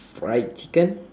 fried chicken